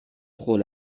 trop